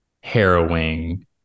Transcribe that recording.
harrowing